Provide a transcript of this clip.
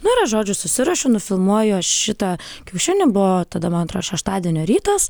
nu ir aš žodžiu susiruošiu nufilmuoju aš šitą kiaušinį buvo tada man atrodo šeštadienio rytas